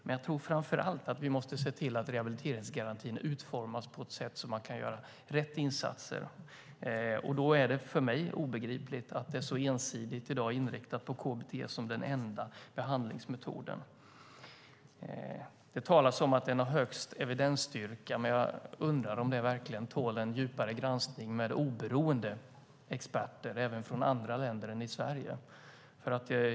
Men vi måste framför allt se till att rehabiliteringsgarantin utformas på ett sådant sätt att man kan göra rätt insatser. Det är för mig obegripligt att det i dag är så ensidigt inriktat på KBT som den enda behandlingsmetoden. Det talas om att den har högst evidensstyrka. Jag undrar om det verkligen tål en djupare granskning med oberoende experter även från andra länder än Sverige.